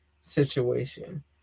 situation